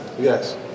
yes